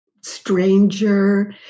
Stranger